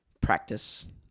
practice